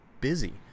busy